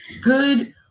good